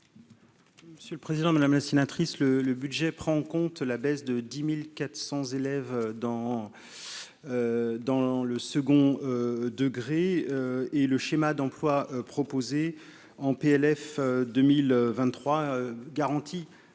Monsieur le président, madame la sénatrice le le budget prend en compte la baisse de 10400 élèves dans dans le second degré et le schéma d'emplois proposées en PLF 2023 garantit